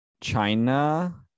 China